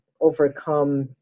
Overcome